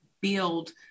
build